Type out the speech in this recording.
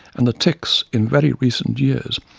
and the ticks, in very recent years,